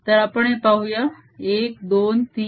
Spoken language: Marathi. तर आपण हे पाहूया 123